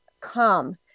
come